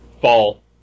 fall